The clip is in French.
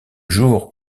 jour